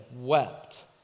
wept